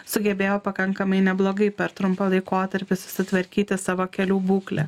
sugebėjo pakankamai neblogai per trumpą laikotarpį susitvarkyti savo kelių būklę